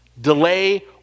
delay